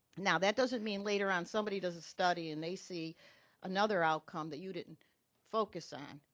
now that doesn't mean later on somebody does a study and they see another outcome that you didn't focus on.